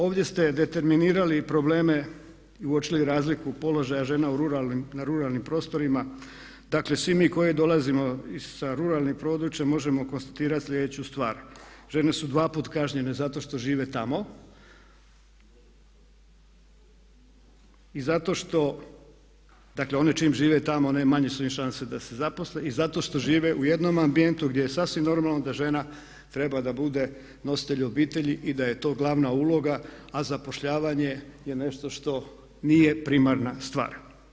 Ovdje ste determinirali i probleme i uočili razliku položaja žena na ruralnim prostorima, dakle svi mi koji dolazimo sa ruralnim područja možemo konstatirati slijedeću stvar žene su dvaput kažnjene zato što žive tamo i zato što dakle one čim žive tamo manje su im šanse da se zaposle i zato što žive u jednom ambijentu gdje je sasvim normalno da žena treba da bude nositelj obitelji i da je to glavna uloga a zapošljavanje je nešto što nije primarna stvar.